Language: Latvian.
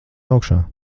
augšā